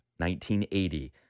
1980